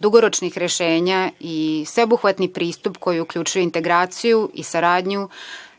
dugoročnih rešenja i sveobuhvatni pristup koji uključuje integraciju i saradnju